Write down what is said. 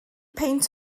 peint